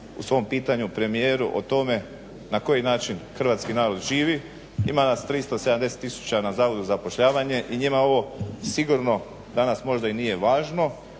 u svom pitanju premijeru o tome na koji način hrvatski narod živi, ima nas 370 tisuća na HZZ-u i njima je ovo sigurno danas možda i nije važno,